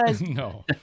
No